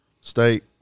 state